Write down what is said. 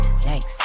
thanks